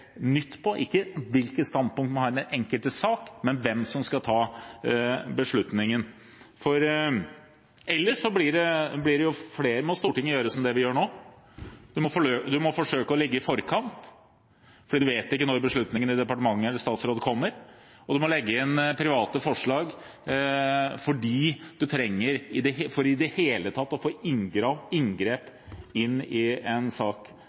ikke på hvilke standpunkter man har i den enkelte saken, men på hvem som skal ta beslutningen. Ellers må Stortinget gjøre som vi gjør nå: Man må forsøke å ligge i forkant, for man vet ikke når beslutningene i departementet eller i statsråd kommer, og man må legge inn private forslag for i det hele tatt å komme i inngrep med en sak.